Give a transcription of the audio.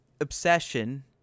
obsession